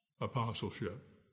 apostleship